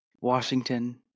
Washington